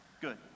good